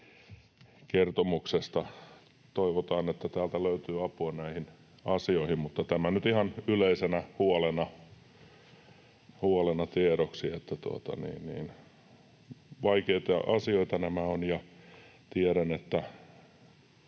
Toivotaan, että täältä löytyy apua näihin asioihin. Mutta tämä nyt ihan yleisenä huolena tiedoksi, että vaikeita asioita nämä ovat,